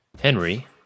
henry